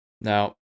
Now